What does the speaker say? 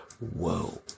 Whoa